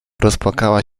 rozpłakała